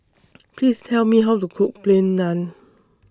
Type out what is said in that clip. Please Tell Me How to Cook Plain Naan